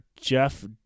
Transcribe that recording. Jeff